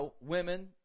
women